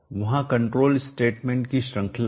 वहां control statement की श्रृंखला है